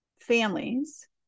families